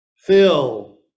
Phil